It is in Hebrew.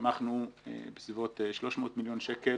ותמכנו בסביבות 300 מיליון שקל